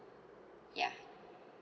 yeah